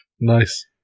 nice